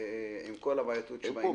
עם כל הבעייתיות שבעניין.